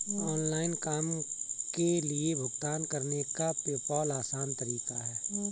online काम के लिए भुगतान करने का पेपॉल आसान तरीका है